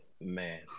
Man